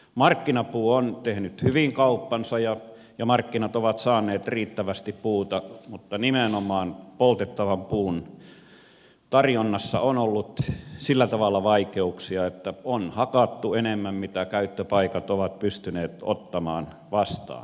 markkinapuu on tehnyt hyvin kauppansa ja markkinat ovat saaneet riittävästi puuta mutta nimenomaan poltettavan puun tarjonnassa on ollut sillä tavalla vaikeuksia että on hakattu enemmän kuin käyttöpaikat ovat pystyneet ottamaan vastaan